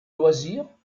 loisirs